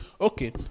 okay